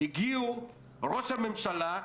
"הגיעו ראש הממשלה,